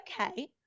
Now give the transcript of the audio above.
okay